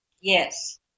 Yes